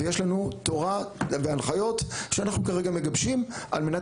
ויש לנו תורה והנחיות שאנחנו כרגע מגבשים על מנת